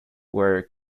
were